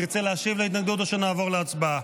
תרצה להשיב על ההתנגדות או שנעבור להצבעה?